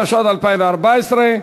התשע"ד 2014,